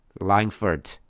Langford